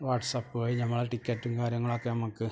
WhatsApp വഴി ഞമ്മളെ ടിക്കറ്റും കാര്യങ്ങളൊക്കെ നമുക്ക്